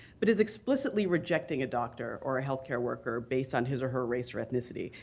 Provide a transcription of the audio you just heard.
but is explicitly rejecting a doctor or a health care worker based on his or her race or ethnicity,